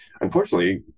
unfortunately